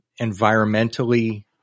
environmentally